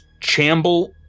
Chamble